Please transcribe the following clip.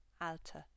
alte